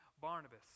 Barnabas